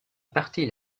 partie